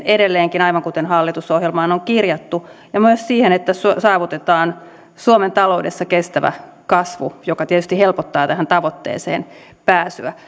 edelleenkin aivan kuten hallitusohjelmaan on kirjattu ja myös siihen että saavutetaan suomen taloudessa kestävä kasvu joka tietysti helpottaa tähän tavoitteeseen pääsyä